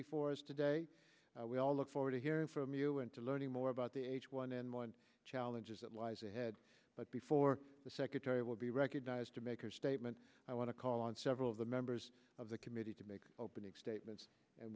before us today we all look forward to hearing from you and to learn more about the h one n one challenges that lies ahead but before the secretary will be recognized to make your statement i want to call on several of the members of the committee to make opening statements and